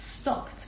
stopped